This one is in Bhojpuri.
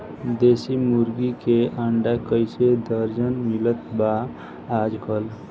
देशी मुर्गी के अंडा कइसे दर्जन मिलत बा आज कल?